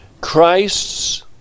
Christ's